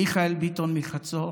מיכאל ביטון מחצור